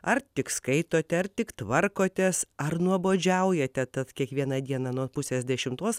ar tik skaitote ar tik tvarkotės ar nuobodžiaujate tad kiekvieną dieną nuo pusės dešimtos